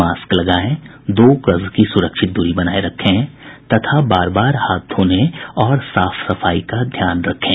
mask लगायें दो गज की सुरक्षित दूरी बनाये रखें तथा बार बार हाथ धोने और साफ सफाई का ध्यान रखें